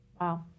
Wow